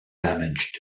damaged